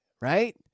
right